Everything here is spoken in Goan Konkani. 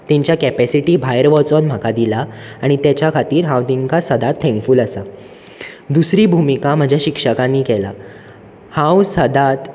तेंच्या कॅपॅसिटी भायर वचोन म्हाका दिलां आनी तेच्या खातीर हांव तेंकां सदांच थेंकफूल आसा दुसरी भुमिका म्हज्या शिक्षकानी केल्या हांव सदांच